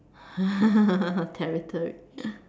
territory